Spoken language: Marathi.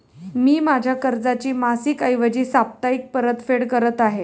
मी माझ्या कर्जाची मासिक ऐवजी साप्ताहिक परतफेड करत आहे